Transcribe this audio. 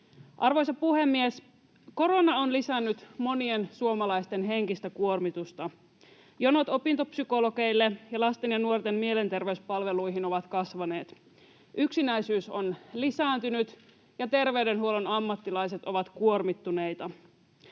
Arvoisa puhemies! Korona on lisännyt monien suomalaisten henkistä kuormitusta. Jonot opintopsykologeille ja lasten ja nuorten mielenterveyspalveluihin ovat kasvaneet. Yksinäisyys on lisääntynyt, ja terveydenhuollon ammattilaiset ovat kuormittuneita.